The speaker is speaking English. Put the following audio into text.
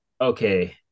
okay